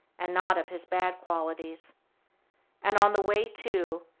and not of his bad qualities and on the way to,